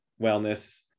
wellness